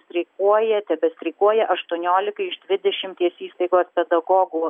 streikuoja tebestreikuoja aštuoniolika iš dvidešimties įstaigos pedagogų